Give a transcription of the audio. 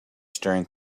staring